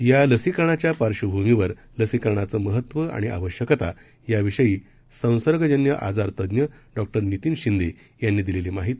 या लसीकरणाच्या पार्श्वभूमीवर लसीकरणाचं महत्त्व आणि आवश्यकता याविषय़ी संसर्गजन्य आजारतज्ञ डॉ नितीन शिंदे यांनी दिलेली माहिती